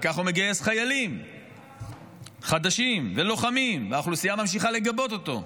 וככה הוא מגייס חיילים חדשים ולוחמים והאוכלוסייה ממשיכה לגבות אותו.